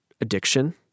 addiction